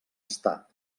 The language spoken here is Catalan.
estar